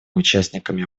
участниками